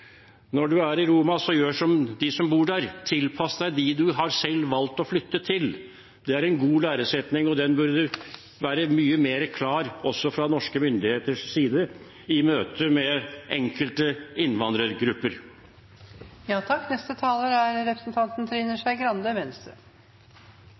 når du er i Roma, så gjør som de som bor der, tilpass deg dem du selv har valgt å flytte til. Det er en god læresetning, og den burde være mye mer klar også fra norske myndigheters side i møte med enkelte innvandrergrupper. Det første innlegget fra representanten